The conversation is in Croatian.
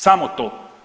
Samo to.